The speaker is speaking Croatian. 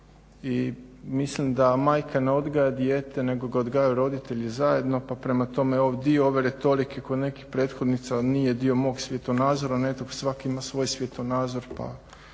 i mislim da majka ne odgaja dijete nego ga odgajaju roditelji zajedno pa prema tome dio ove retorike kod nekih prethodnica nije dio mog svjetonazora nego svatko ima svoj svjetonazor pa